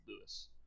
Lewis